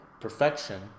perfection